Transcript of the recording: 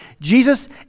Jesus